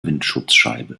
windschutzscheibe